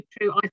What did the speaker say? true